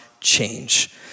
change